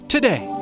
Today